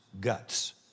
guts